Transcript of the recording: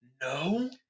No